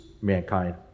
mankind